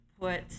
put